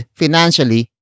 financially